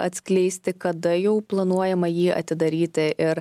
atskleisti kada jau planuojama jį atidaryti ir